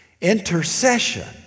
Intercession